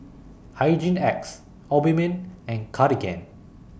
Hygin X Obimin and Cartigain